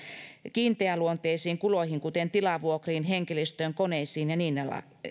kiinteäluonteisiin kuluihin kuten tilavuokriin henkilöstöön koneisiin ja niin